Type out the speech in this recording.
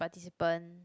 participant